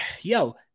yo